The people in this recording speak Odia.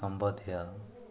ସମ୍ବନ୍ଧୀୟ